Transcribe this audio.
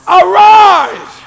arise